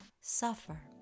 suffer